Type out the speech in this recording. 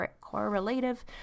correlative